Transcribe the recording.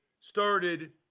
started